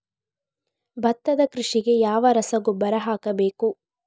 ಭತ್ತದ ಕೃಷಿಗೆ ಯಾವ ರಸಗೊಬ್ಬರ ಹಾಕಬೇಕು?